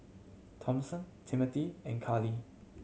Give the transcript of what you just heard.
Thompson Timmothy and Kali